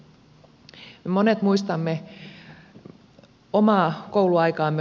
meistä monet muistavat omaa kouluaikaansa